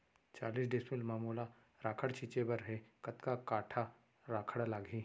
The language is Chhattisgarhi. चालीस डिसमिल म मोला राखड़ छिंचे बर हे कतका काठा राखड़ लागही?